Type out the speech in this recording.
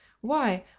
why,